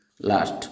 last